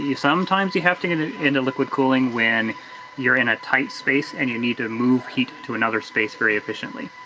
sometimes you have to get into liquid cooling when you're in a tight space and you need to move heat to another space very efficiently.